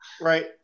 right